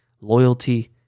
loyalty